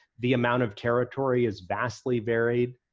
the amount of territory is vastly varied.